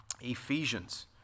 Ephesians